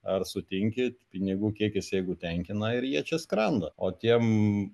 ar sutinki pinigų kiekis jeigu tenkina ir jie čia skrenda o tiem